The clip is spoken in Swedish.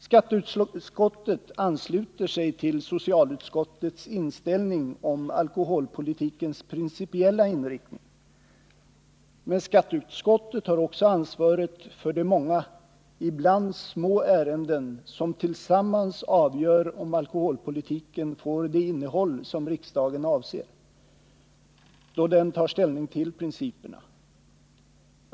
Skatteutskottet ansluter sig till socialutskottets inställning i fråga om alkoholpolitikens principiella inriktning. Men skatteutskottet har också ansvaret för de många, ibland små, ärenden som tillsammans avgör om alkoholpolitiken får det innehåll som riksdagen avser, då den tar ställning till principerna.